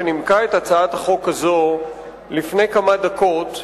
שנימקה את הצעת החוק לפני כמה דקות,